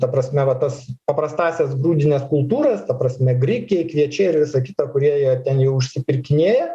ta prasme va tas paprastąsias grūdines kultūras ta prasme grikiai kviečiai ir visa kita kurie jie ten jau užsipirkinėja